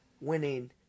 winning